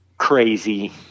crazy